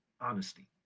honesty